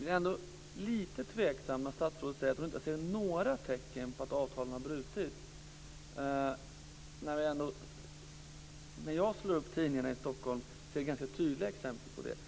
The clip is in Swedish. Jag är ändå lite tveksam när statsrådet säger att hon inte ser några tecken på att avtal har brutits. När jag slår upp tidningarna i Stockholm ser jag ganska tydliga exempel på det.